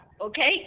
Okay